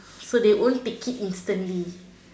so they won't take it instantly